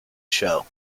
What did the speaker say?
show